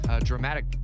dramatic